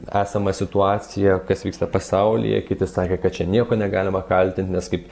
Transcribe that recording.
esamą situaciją kas vyksta pasaulyje kiti sakė kad čia nieko negalima kaltint nes kaip